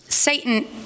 Satan